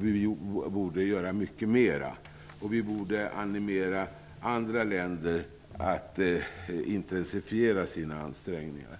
Vi borde göra mycket mera, och vi borde animera andra länder att intensifiera sina ansträngningar.